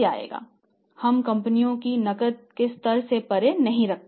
हम कंपनियों में नकदी को स्तर से परे नहीं रखते हैं